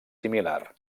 similar